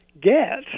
get